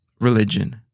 religion